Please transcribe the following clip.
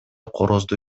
корозду